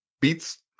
beats